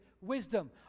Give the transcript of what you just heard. wisdom